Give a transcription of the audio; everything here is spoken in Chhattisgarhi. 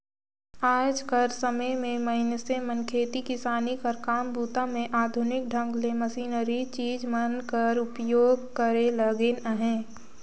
आएज कर समे मे मइनसे मन खेती किसानी कर काम बूता मे आधुनिक ढंग ले मसीनरी चीज मन कर उपियोग करे लगिन अहे